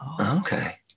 Okay